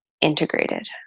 integrated